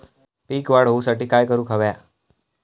पीक वाढ होऊसाठी काय करूक हव्या?